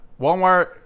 Walmart